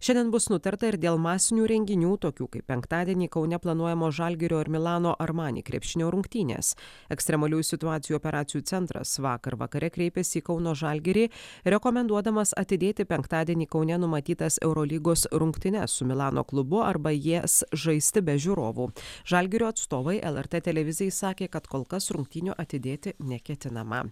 šiandien bus nutarta ir dėl masinių renginių tokių kaip penktadienį kaune planuojamo žalgirio ir milano armani krepšinio rungtynės ekstremaliųjų situacijų operacijų centras vakar vakare kreipėsi į kauno žalgirį rekomenduodamas atidėti penktadienį kaune numatytas eurolygos rungtynes su milano klubu arba jas žaisti be žiūrovų žalgirio atstovai lrt televizijai sakė kad kol kas rungtynių atidėti neketinama